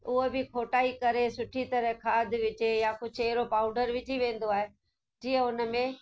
उहो बि खोटाई करे सुठी तरह खाद विझे या कुझु अहिड़ो पाउडर विझी वेंदो आहे जीअं उन में